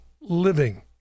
living